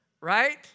Right